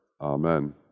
Amen